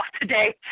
today